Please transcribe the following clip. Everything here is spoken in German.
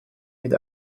mit